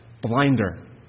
blinder